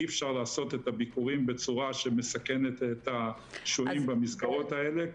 אי אפשר לעשות את הביקורים בצורה שמסכנת את השוהים במסגרות האלה,